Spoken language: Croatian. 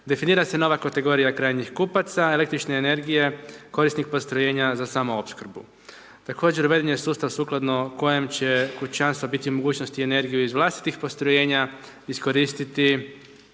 Definira se nova kategorija krajnjih kupaca, el. energije, korisnik postrojenja za samu opskrbu. Također je sustav sukladno kojem će kućanstva biti mogućnost i energiju iz vlastitih postrojenja iskoristiti